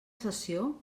sessió